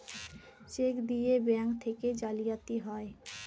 check দিয়ে bank থেকে জালিয়াতি হয়